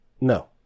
No